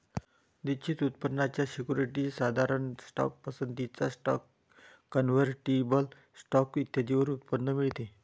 निश्चित उत्पन्नाच्या सिक्युरिटीज, साधारण स्टॉक, पसंतीचा स्टॉक, कन्व्हर्टिबल स्टॉक इत्यादींवर उत्पन्न मिळते